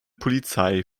polizei